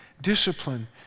discipline